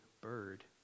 Bird